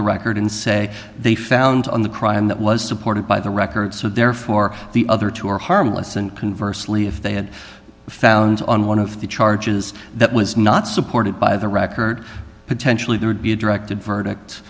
the record and say they found on the crime that was supported by the record so therefore the other two are harmless and converse lee if they had found on one of the charges that was not supported by the record potentially there would be a directed verdict